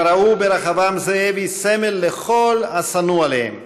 הם ראו ברחבעם זאבי סמל לכל השנוא עליהם: